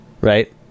Right